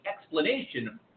explanation